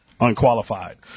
Unqualified